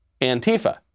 Antifa